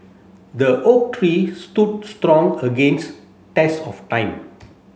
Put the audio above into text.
the oak tree stood strong against test of time